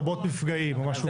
לרבות מפגעים" או משהו כזה.